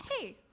Hey